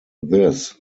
this